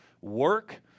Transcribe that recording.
work